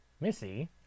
Missy